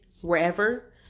wherever